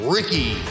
Ricky